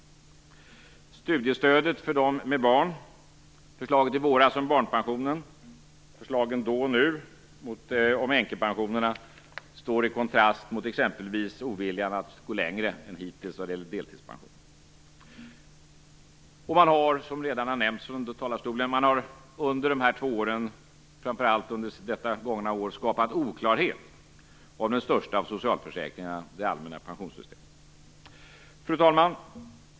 Studiestödet för dem med barn, förslaget i våras om barnpensionen och förslagen då och nu om änkepensionerna står i kontrast mot exempelvis oviljan att gå längre än hittills vad gäller deltidspension. Som redan har nämnts från talarstolen har man under dessa två år, framför allt under det gångna året, skapat osäkerhet om den största av socialförsäkringarna, det allmänna pensionssystemet.